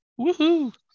Woohoo